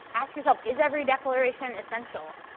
ask yourself, is every declaration essential?